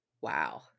Wow